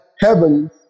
heavens